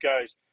guys